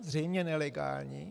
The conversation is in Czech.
Zřejmě nelegální.